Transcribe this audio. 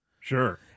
Sure